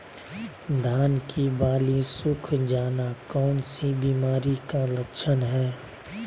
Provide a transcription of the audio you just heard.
धान की बाली सुख जाना कौन सी बीमारी का लक्षण है?